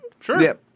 Sure